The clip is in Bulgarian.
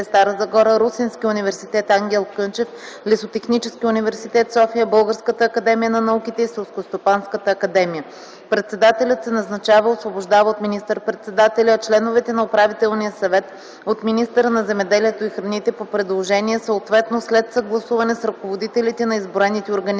Стара Загора, Русенския университет „Ангел Кънчев”, Лесотехническия университет – София, Българската академия на науките и Селскостопанската академия. Председателят се назначава и освобождава от министър-председателя, а членовете на управителния съвет – от министъра на земеделието и храните по предложение, съответно след съгласуване с ръководителите на изброените организации.